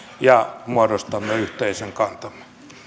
ja muodostamme yhteisen kantamme